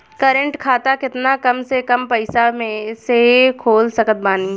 Current खाता केतना कम से कम पईसा से खोल सकत बानी?